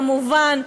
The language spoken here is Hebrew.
כמובן,